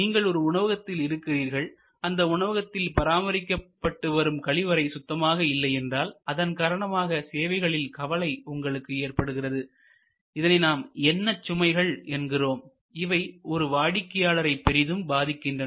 நீங்கள் ஒரு உணவகத்தில் இருக்கிறீர்கள் அந்த உணவகத்தில் பராமரிக்கப்பட்டு வரும் கழிவறை சுத்தமாக இல்லை என்றால் அதன் காரணமாக சேவைகளில் கவலை உங்களுக்கு ஏற்படுகிறது இதனை நாம் எண்ண சுமைகள் என்கிறோம் இவை ஒரு வாடிக்கையாளரை பெரிதும் பாதிக்கின்றன